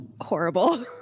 horrible